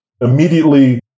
immediately